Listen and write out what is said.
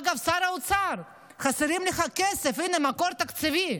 אגב, שר האוצר, חסר לך כסף, הינה מקור תקציבי,